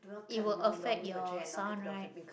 it will affect your son right